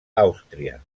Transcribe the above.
àustria